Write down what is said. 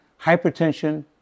hypertension